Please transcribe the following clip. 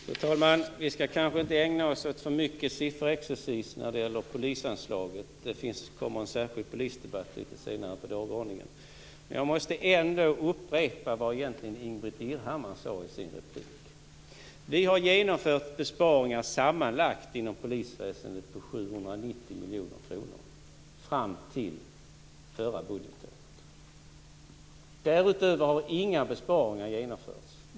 Fru talman! Vi skall kanske inte ägna oss åt för mycket sifferexercis när det gäller polisanslaget. Det kommer en särskild polisdebatt litet senare på dagordningen. Jag måste ändå upprepa vad Ingbritt Irhammar sade i sin replik. Vi har genomfört besparingar sammanlagt inom polisväsendet på 790 miljoner kronor fram till förra budgetåret. Därutöver har inga besparingar genomförts.